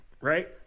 right